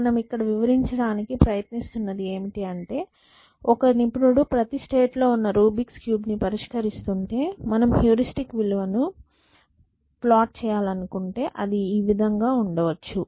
మనము ఇక్కడ వివరించడానికి ప్రయత్నిస్తున్నది ఏమిటి అంటే ఒక నిపుణుడు ప్రతి స్టేట్లో ఉన్న రూబిక్స్ క్యూబ్rubik' s cubeను పరిష్కరిస్తుంటే మనం హ్యూరిస్టిక్ విలువ ను ప్లాట్ చేయాలనుకుంటే ఇది ఈ విధంగా ఉండవచ్చు